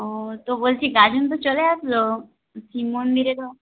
ও তো বলছি গাজন তো চলে আসলো শিব মন্দিরে তো